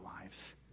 lives